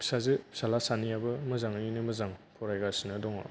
फिसाजो फिसाला सानैआबो मोजाङैनो मोजां फरायगासिनो दङ